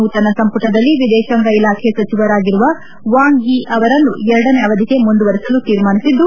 ನೂತನ ಸಂಪುಟದಲ್ಲಿ ವಿದೇಶಾಂಗ ಇಲಾಖೆ ಸಚಿವರಾಗಿರುವ ವಾಂಗ್ ಲೀ ಅವರನ್ನು ಎರಡನೇ ಅವಧಿಗೆ ಮುಂದುವರಿಸಲು ತೀರ್ಮಾನಿಸಿದ್ದು